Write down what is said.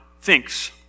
thinks